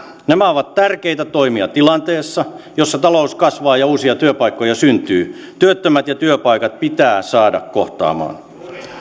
nämä ovat tärkeitä toimia tilanteessa jossa talous kasvaa ja uusia työpaikkoja syntyy työttömät ja työpaikat pitää saada kohtaamaan